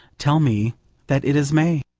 tells me that it is may.